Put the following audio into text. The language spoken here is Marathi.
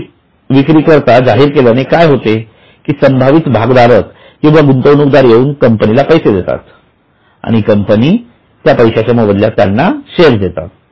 शेअर्स विक्री करता जाहीर केल्याने काय होते की संभावित भागधारक किंवा गुंतवणूकदार येऊन कंपनीला पैसे देतील आणि कंपनी त्या पैशाच्या मोबदल्यात त्यांना शेअर देईल